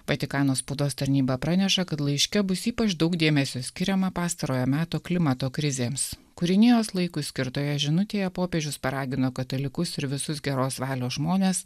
vatikano spaudos tarnyba praneša kad laiške bus ypač daug dėmesio skiriama pastarojo meto klimato krizėms kūrinijos laikui skirtoje žinutėje popiežius paragino katalikus ir visus geros valios žmones